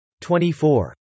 24